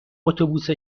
اتوبوس